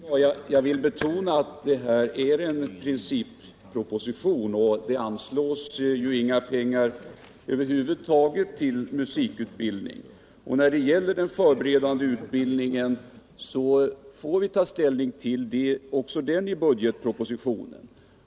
Herr talman! Jag vill betona att detta är en principproposition och det anslås inga pengar över huvud taget till musikutbildning. Den förberedande utbildningen får vi ta ställning till vid behandlingen av budgetpropositionen.